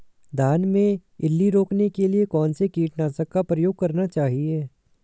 धान में इल्ली रोकने के लिए कौनसे कीटनाशक का प्रयोग करना चाहिए?